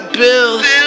bills